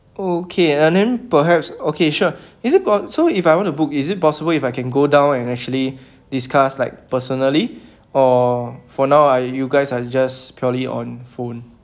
okay and then perhaps okay sure is it po~ so if I want to book is it possible if I can go down and actually discuss like personally or for now uh you guys are just purely on phone